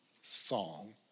song